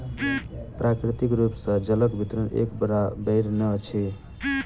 प्राकृतिक रूप सॅ जलक वितरण एक बराबैर नै अछि